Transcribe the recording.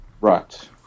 Right